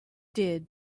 did